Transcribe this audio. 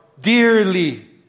dearly